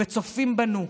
וצופים בנו.